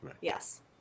yes